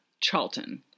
Charlton